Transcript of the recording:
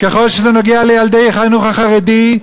ככל שזה נוגע לילדי החינוך החרדי,